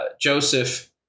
Joseph